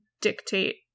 dictate